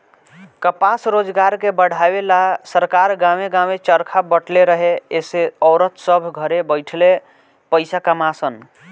कपास रोजगार के बढ़ावे ला सरकार गांवे गांवे चरखा बटले रहे एसे औरत सभ घरे बैठले पईसा कमा सन